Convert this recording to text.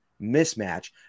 mismatch